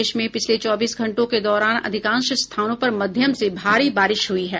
प्रदेश में पिछले चौबीस घंटों के दौरान अधिकांश स्थानों पर मध्यम से भारी बारिश हुई है